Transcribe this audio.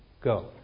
go